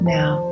now